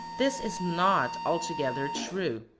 this is not altogether true.